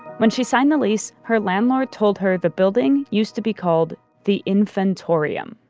when she signed the lease, her landlord told her the building used to be called the infantorium.